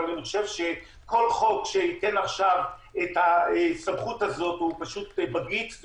אבל אני חושב שכל חוק שייתן עכשיו את הסמכות הזאת הוא פשוט בגיץ,